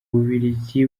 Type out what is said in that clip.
bubiligi